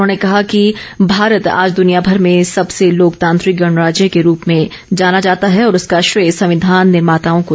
उन्होंने कहा कि भारत आज दुनियाभर में सबसे लोकतांत्रिक गणराज्य के रूप में जाना जाता है और इसका श्रेय संविधान निर्माताओं को जाता है